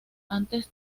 antes